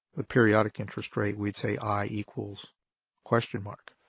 the periodic interest rate, we'd say i equals question mark.